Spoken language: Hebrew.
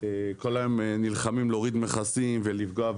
שכל היום נלחמים להוריד מכסים ולפגוע,